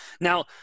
Now